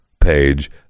page